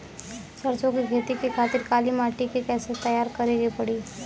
सरसो के खेती के खातिर काली माटी के कैसे तैयार करे के पड़ी?